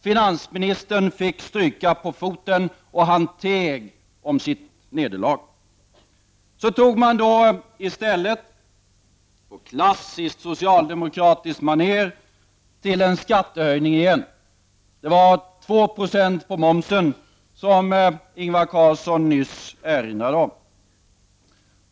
Finansministern fick stryka på foten, och han teg om sitt nederlag. Så tog man i stället, på klassiskt socialdemokratiskt manér, till en skattehöjning igen. Det var två procent på momsen, som Ingvar Carlsson nyss erinrade om.